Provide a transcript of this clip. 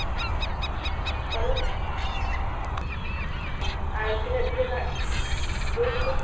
ᱟᱨ ᱛᱤᱱᱟᱹᱜ ᱫᱤᱱ ᱨᱮᱱᱟᱜ ᱴᱩᱨ ᱫᱚ